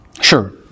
Sure